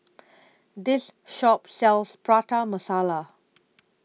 This Shop sells Prata Masala